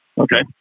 Okay